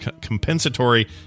compensatory